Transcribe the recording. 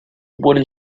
wooden